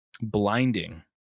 Blinding